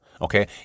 Okay